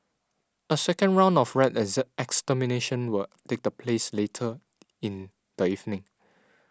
a second round of rat exert extermination will take the place later in the evening